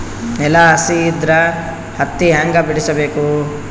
ನೆಲ ಹಸಿ ಇದ್ರ ಹತ್ತಿ ಹ್ಯಾಂಗ ಬಿಡಿಸಬೇಕು?